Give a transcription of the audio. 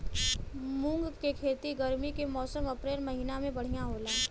मुंग के खेती गर्मी के मौसम अप्रैल महीना में बढ़ियां होला?